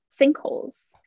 sinkholes